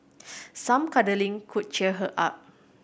some cuddling could cheer her up